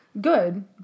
Good